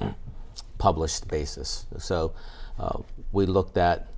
e published basis so we looked at